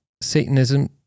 Satanism